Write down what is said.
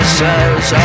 says